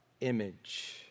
image